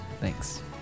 Thanks